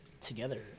together